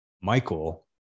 Michael